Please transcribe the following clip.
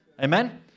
Amen